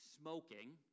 smoking